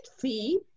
fee